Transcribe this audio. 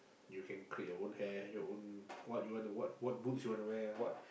you can create your own hair your own what you want to what what boots you want to wear what